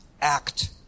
act